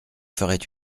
ferait